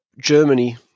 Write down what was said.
Germany